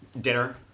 Dinner